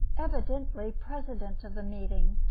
evidently president of the meeting,